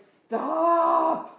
stop